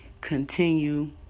continue